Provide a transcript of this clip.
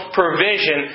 provision